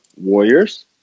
Warriors